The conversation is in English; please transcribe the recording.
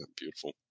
beautiful